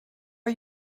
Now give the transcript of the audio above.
are